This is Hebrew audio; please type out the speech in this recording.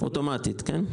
אוטומטית, כן?